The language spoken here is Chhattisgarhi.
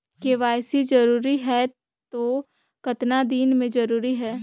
के.वाई.सी जरूरी हे तो कतना दिन मे जरूरी है?